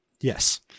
Yes